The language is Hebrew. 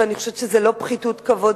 אני חושבת שזו לא פחיתות כבוד,